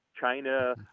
China